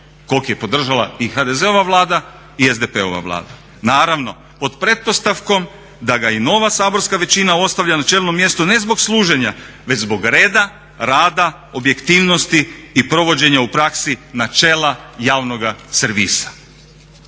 kog je podržala i HDZ-ova Vlada i SDP-ova Vlada. Naravno pod pretpostavkom da ga i nova saborska većina ostavlja na čelnom mjestu ne zbog služenja već zbog reda, rada, objektivnosti i provođenja u praksi načela javnoga servisa.